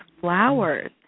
flowers